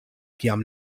kiam